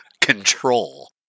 control